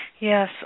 Yes